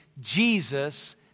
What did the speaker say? Jesus